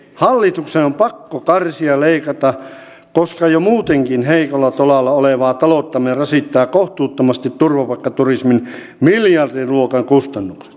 hallituksen on pakko karsia ja leikata koska jo muutenkin heikolla tolalla olevaa talouttamme rasittaa kohtuuttomasti turvapaikkaturismin miljardiluokan kustannukset